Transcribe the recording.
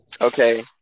Okay